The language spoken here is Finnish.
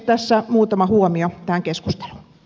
tässä muutama huomio tähän keskusteluun